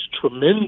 tremendous